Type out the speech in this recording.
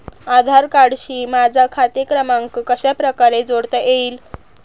आधार कार्डशी माझा खाते क्रमांक कशाप्रकारे जोडता येईल?